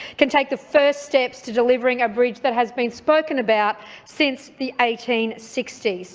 can take the first steps to delivering a bridge that has been spoken about since the eighteen sixty s.